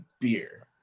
beer